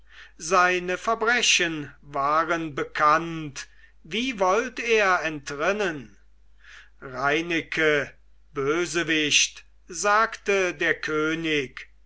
seine verbrechen waren bekannt wie wollt er entrinnen reineke bösewicht sagte der könig